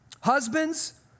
Husbands